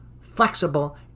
flexible